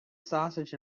sausages